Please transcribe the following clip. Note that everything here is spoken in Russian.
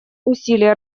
усилий